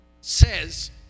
says